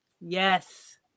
Yes